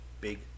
big